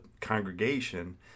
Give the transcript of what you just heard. congregation